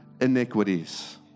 iniquities